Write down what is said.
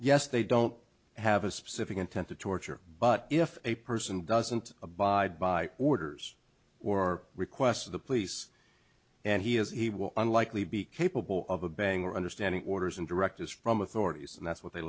yes they don't have a specific intent to torture but if a person doesn't abide by orders or requests of the police and he has he will unlikely be capable of a bang or understanding orders and directives from authorities and that's what they